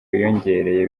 wiyongereye